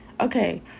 okay